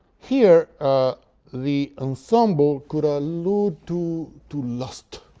here the ensemble could allude to to lust,